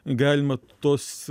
galima tos